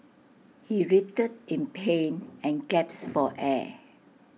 he writhed in pain and gasped for air